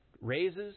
Raises